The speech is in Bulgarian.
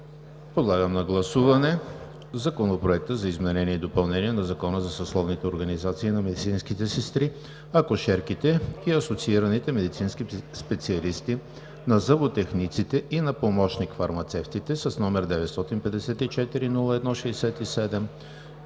Подлагам на гласуване Законопроект за изменение и допълнение на Закона за съсловните организации на медицинските сестри, акушерките и асоциираните медицински специалисти, на зъботехниците и на помощник-фармацевтите с № 954-01-67,